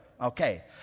Okay